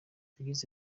yagize